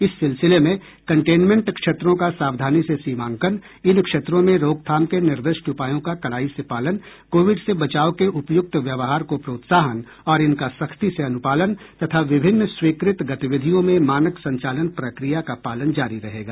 इस सिलसिले में कंटेनमेंट क्षेत्रों का सावधानी से सीमांकन इन क्षेत्रों में रोकथाम के निर्दिष्ट उपायों का कडाई से पालन कोविड से बचाव के उपयुक्त व्यवहार को प्रोत्साहन और इनका सख्ती से अनुपालन तथा विभिन्न स्वीकृत गतिविधियों में मानक संचालन प्रक्रिया का पालन जारी रहेगा